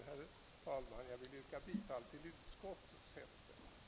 Jag ber att få yrka bifall till utskottets hemställan.